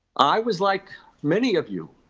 i was like many of you